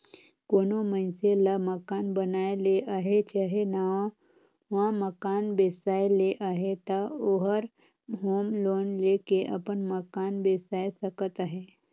कोनो मइनसे ल मकान बनाए ले अहे चहे नावा मकान बेसाए ले अहे ता ओहर होम लोन लेके अपन मकान बेसाए सकत अहे